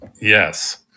yes